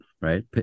right